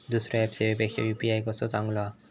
दुसरो ऍप सेवेपेक्षा यू.पी.आय कसो चांगलो हा?